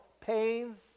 pains